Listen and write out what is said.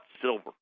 silver